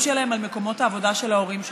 שלהם על מקומות העבודה של ההורים שלהם.